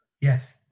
yes